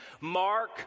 Mark